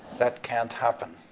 that can't happen.